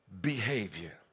behavior